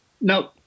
no